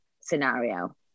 scenario